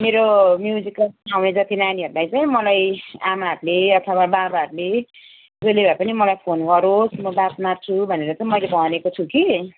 मेरो म्युजिकल समय जति नानीहरूलाई चाहिँ मलाई आमाहरूले अथवा बाबाहरूले जसले भएपनि मलाई फोन गरोस् म बात मार्छु भनेर चाहिँ मैले भनेको छु कि